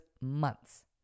months